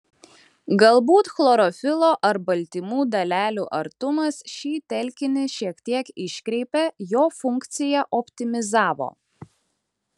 galbūt chlorofilo ar baltymų dalelių artumas šį telkinį šiek tiek iškreipė jo funkciją optimizavo